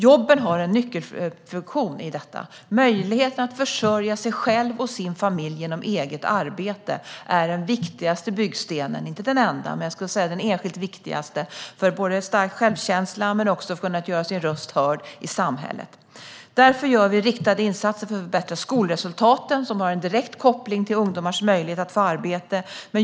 Jobben har en nyckelfunktion i detta. Möjligheten att försörja sig själv och sin familj genom eget arbete är inte den enda men den enskilt viktigaste byggstenen för både stärkt självkänsla och att kunna göra sin röst hörd i samhället. Därför gör vi riktade insatser för att förbättra skolresultaten, som har en direkt koppling till ungdomars möjlighet att få arbete.